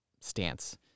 stance